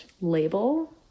label